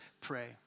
pray